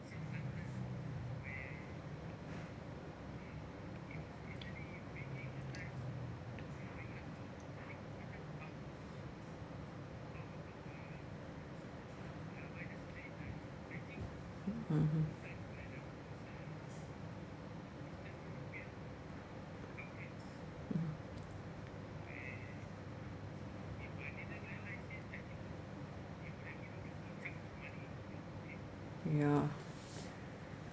mmhmm mm ya